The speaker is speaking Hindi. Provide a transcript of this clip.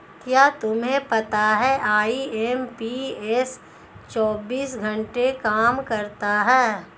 क्या तुम्हें पता है आई.एम.पी.एस चौबीस घंटे काम करता है